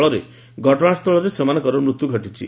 ଫଳରେ ଘଟଣାସ୍ଥଳରେ ସେମାନଙ୍କ ମୃତ୍ୟୁ ଘଟିଛି